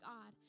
God